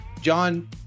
john